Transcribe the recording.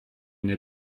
n’es